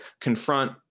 confront